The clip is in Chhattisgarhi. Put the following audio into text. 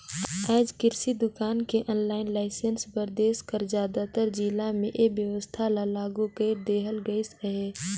आएज किरसि दुकान के आनलाईन लाइसेंस बर देस कर जादातर जिला में ए बेवस्था ल लागू कइर देहल गइस अहे